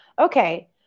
Okay